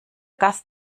gast